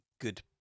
good